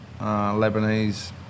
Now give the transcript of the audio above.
Lebanese